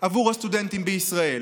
עבור הסטודנטים בישראל.